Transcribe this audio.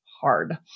hard